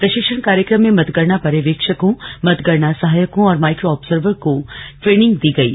प्रशिक्षण कार्यक्रम में मतगणना पर्यवेक्षकों मतगणना सहायकों और माइक्रो ऑब्जर्वर को ट्रेनिंग दी गयी